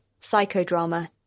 psychodrama